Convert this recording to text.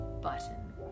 button